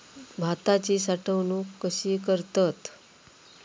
भाताची साठवूनक कशी करतत?